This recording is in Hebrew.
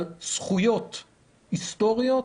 על זכויות היסטוריות,